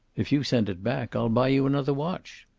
if you send it back, i'll buy you another watch!